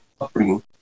upbringing